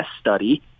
study